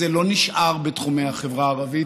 שזה לא נשאר בתחומי החברה הערבית,